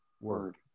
Word